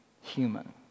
human